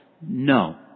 no